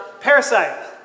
Parasite